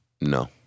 No